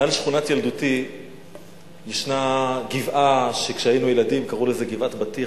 מעל שכונת ילדותי יש גבעה שכשהיינו ילדים קראו לזה "גבעת בטיח",